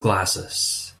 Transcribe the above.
glasses